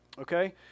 Okay